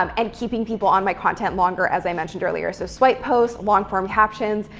um and keeping people on my content longer. as i mentioned earlier. so, swipe posts, long form captions,